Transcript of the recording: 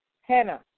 Hannah